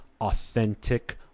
Authentic